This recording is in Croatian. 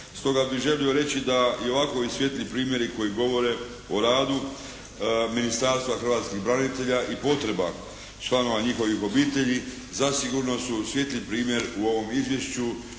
Stoga bih želio reći da i ovako, ovi svijetli primjeri koji govore o radu Ministarstva hrvatskih branitelja i potreba članova njihovih obitelji zasigurno su svijetli primjer u ovom izvješću